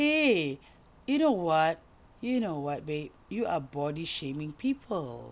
!hey! you know what you know what babe you are body shaming people